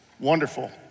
Wonderful